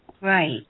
Right